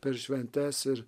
per šventes ir